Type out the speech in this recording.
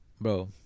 bro